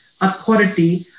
authority